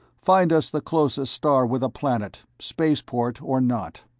find us the closest star with a planet spaceport or not.